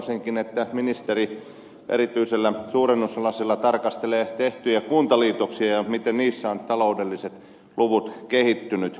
toivoisinkin että ministeri erityisellä suurennuslasilla tarkastelee tehtyjä kuntaliitoksia miten niissä ovat taloudelliset luvut kehittyneet